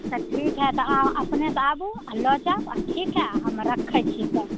तऽ ठीक हइ तऽ अहाँ अपनेसँ आबू आओर लऽ जाउ आओर ठीक हइ हम रखै छी तऽ